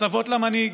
הטבות למנהיג.